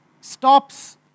stops